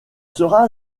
sera